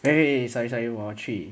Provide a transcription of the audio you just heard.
eh wait sorry sorry 我去